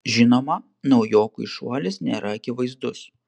žinoma naujokui šuolis nėra akivaizdus